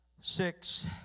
Six